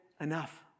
enough